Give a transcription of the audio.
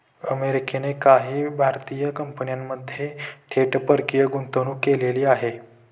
अमेरिकेने काही भारतीय कंपन्यांमध्ये थेट परकीय गुंतवणूक केलेली आहे